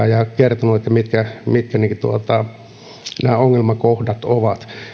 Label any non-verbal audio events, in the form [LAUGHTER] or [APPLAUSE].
[UNINTELLIGIBLE] ja kertonut mitkä nämä ongelmakohdat ovat